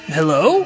Hello